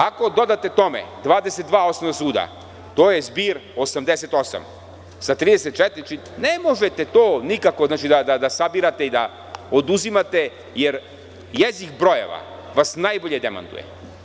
Ako dodate tome 22 osnovna suda to je zbir 88 sa 34 ne možete to nikako da sabirate i da oduzimate, jer jezik brojeva vas najbolje demantuje.